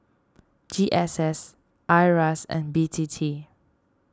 G S S Iras and B T T